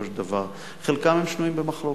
חלקם שנויים במחלוקת,